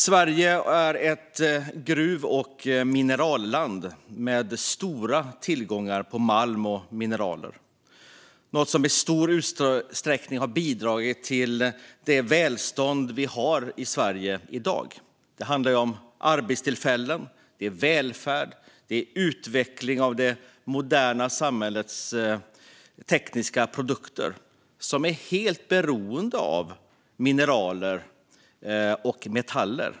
Sverige är ett gruv och mineralland med stor tillgång på malm och mineral, något som i stor utsträckning har bidragit till det välstånd vi har i Sverige i dag. Det handlar om arbetstillfällen, välfärd och utveckling av det moderna samhällets tekniska produkter, som är helt beroende av mineral och metaller.